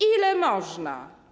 Ile można?